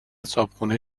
صاحبخونه